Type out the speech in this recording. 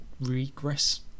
regress